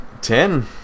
Ten